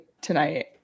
Tonight